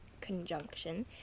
conjunction